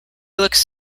looks